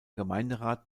gemeinderat